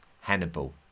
Hannibal